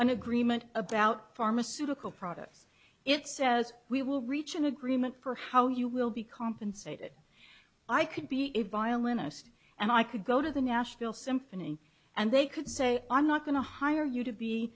an agreement about pharmaceutical products it says we will reach an agreement for how you will be compensated i could be a violinist and i could go to the nashville symphony and they could say i'm not going to hire you to be